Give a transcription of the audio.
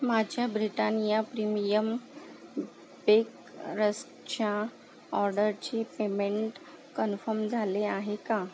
माझ्या Britannia premium bake रस्कच्या ऑर्डरची पेमेंट कन्फर्म झाले आहे का